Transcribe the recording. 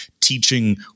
teaching